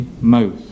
mouth